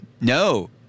No